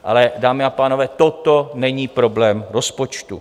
Ale dámy a pánové, toto není problém rozpočtu.